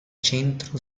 centro